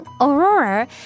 Aurora